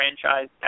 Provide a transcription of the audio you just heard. franchise